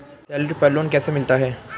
Salary पर loan कैसे मिलता है?